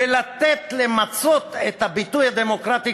ולתת למצות את הביטוי הדמוקרטי,